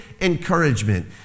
encouragement